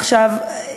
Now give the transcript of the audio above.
עכשיו,